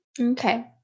Okay